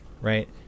right